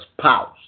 spouse